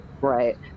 Right